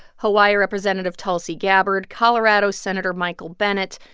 hawaii representative tulsi gabbard, colorado senator michael bennet,